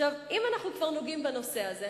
אם אנחנו כבר נוגעים בנושא הזה,